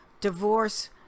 divorce